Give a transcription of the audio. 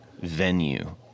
venue